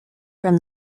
from